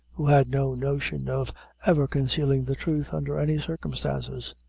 who had no notion of ever concealing the truth under any circumstances.